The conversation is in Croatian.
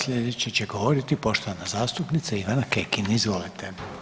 Slijedeća će govoriti poštovana zastupnica Ivana Kekin, izvolite.